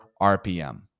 RPM